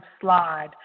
Slide